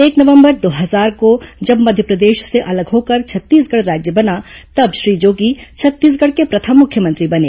एक नंवबर दो हजार को जब मध्यप्रदेश से अलग होकर छत्तीसगढ़ राज्य बना तब श्री जोगी छत्तीसगढ़ के प्रथम मुख्यमंत्री बने